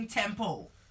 tempo